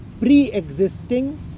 pre-existing